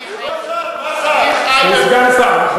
יופי, יופי, יופי זאת לא הבעיה שלו,